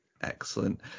Excellent